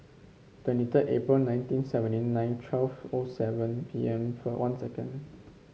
twenty three April nineteen seventy nine twelve O seven P M one second